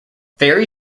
faerie